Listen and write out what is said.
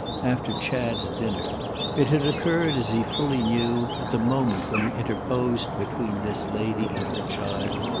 after chad's dinner it had occurred, as he fully knew, at the moment when he interposed between this lady and her child,